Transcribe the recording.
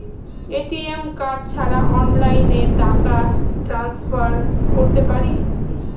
ATM card ছাড়া অনলাইনে টাকা টান্সফার করতে পারি?